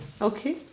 okay